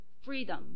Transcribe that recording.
freedom